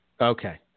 Okay